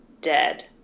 dead